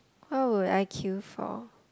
what will I queue for